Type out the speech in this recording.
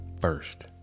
first